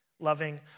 Loving